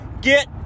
get